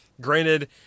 Granted